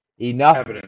enough